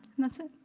and that's it.